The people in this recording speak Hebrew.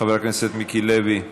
חבר הכנסת מיקי לוי,